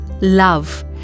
love